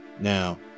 Now